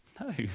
No